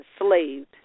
enslaved